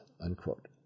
unquote